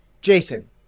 Jason